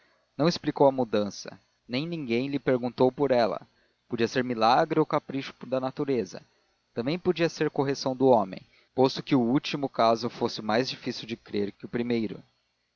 não explicou a mudança nem ninguém lhe perguntou por ela podia ser milagre ou capricho da natureza também podia ser correção de homem posto que o último caso fosse mais difícil de crer que o primeiro